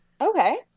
okay